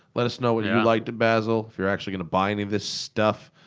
let us know what you liked at basel. if you're actually gonna buy any of this stuff.